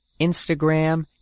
Instagram